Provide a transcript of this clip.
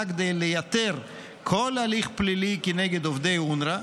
כדי לייתר כל הליך פלילי כנגד עובדי אונר"א,